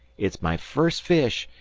it's my first fish.